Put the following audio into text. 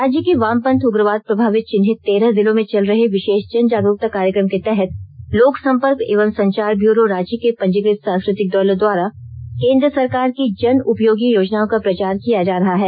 राज्य के वामपंथ उग्रवाद प्रभावित चिन्हित तेरह जिलों में चल रहे विशेष जन जागरुकता कार्यक्रम के तहत लोक संपर्क एवं संचार ब्यूरो रांची के पंजीकृत सांस्कृतिक दलों द्वारा केंद्र सरकार की जन उपयोगी योजनाओं का प्रचार किया जा रहा है